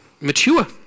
mature